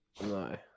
No